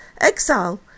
Exile